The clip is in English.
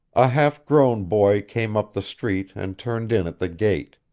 a half-grown boy came up the street and turned in at the gate.